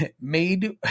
made